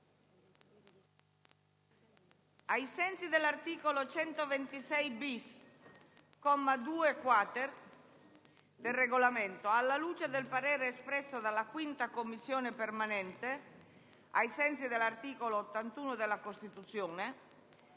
ai sensi dell'articolo 126-*bis*, comma 2-*quater*, del Regolamento, alla luce del parere espresso dalla 5a Commissione permanente ai sensi dell'articolo 81 della Costituzione,